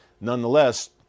Nonetheless